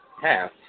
half